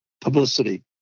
publicity